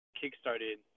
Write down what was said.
kick-started